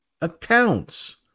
accounts